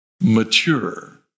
mature